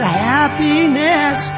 happiness